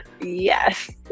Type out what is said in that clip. Yes